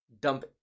dump